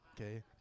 okay